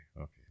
okay